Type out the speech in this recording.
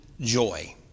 joy